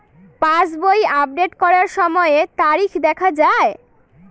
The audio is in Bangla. পাসবই আপডেট করার সময়ে তারিখ দেখা য়ায়?